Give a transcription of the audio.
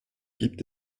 gibt